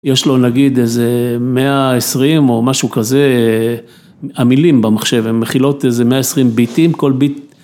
יש לו נגיד איזה מאה עשרים או משהו כזה, המילים במחשב, הם מכילות איזה מאה עשרים ביטים, כל ביט.